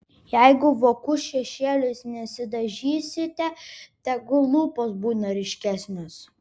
jeigu vokų šešėliais nesidažysite tegul lūpos būna ryškesnės